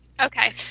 Okay